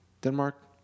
Denmark